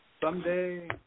someday –